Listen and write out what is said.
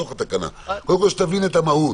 המהות,